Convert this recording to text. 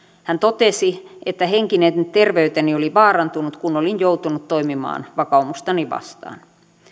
hän totesi että henkinen terveyteni oli vaarantunut kun olin joutunut toimimaan vakaumustani vastaan